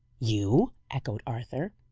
you! echoed arthur.